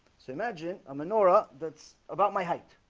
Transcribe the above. say magic a menorah, that's about my height